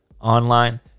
online